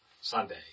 Sunday